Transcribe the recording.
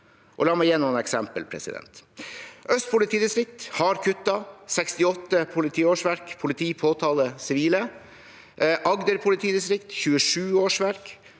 La meg gi noen eksempler: Øst politidistrikt har kuttet 68 politiårsverk – politi, påtale, sivile. Agder politidistrikt har kuttet 27 årsverk,